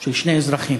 של שני אזרחים.